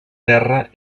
terra